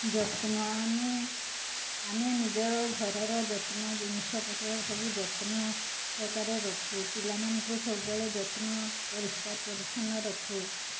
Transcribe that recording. ଯତ୍ନ ଆମେ ଆମେ ନିଜର ଘରର ଯତ୍ନ ଜିନିଷ ପତ୍ର ସବୁ ଯତ୍ନ ସହକାରେ ରଖୁ ପିଲାମାନଙ୍କୁ ସବୁବେଳେ ଯତ୍ନ ପରିଷ୍କାର ପରିଚ୍ଛନ୍ନ ରଖୁ